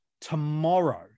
tomorrow